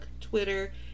Twitter